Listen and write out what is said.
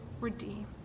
Redeem